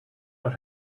not